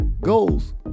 goals